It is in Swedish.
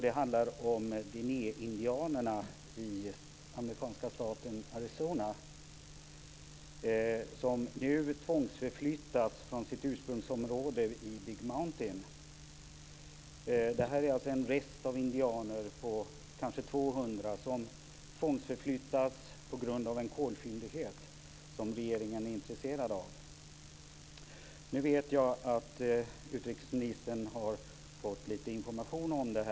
Det handlar om Dinehindianerna i amerikanska staten Arizona, som nu tvångsförflyttas från sitt ursprungsområde i Big Mountain. Detta är en rest av indianer på kanske 200 som tvångsförflyttas på grund av en kolfyndighet som regeringen är intresserad av. Nu vet jag att utrikesministern har fått lite information om detta.